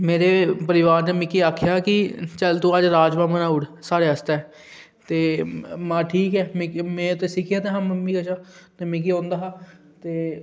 मेरे परिवार ने मिगी आखेआ की चल तूं अज्ज राजमां बनाई ओड़ साढ़े आस्तै महां ठीक ऐ में ते सिक्खेआ ते ऐहा मम्मी कशा ते मिगी औंदा हा ते